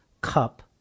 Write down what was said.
cup